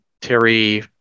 Terry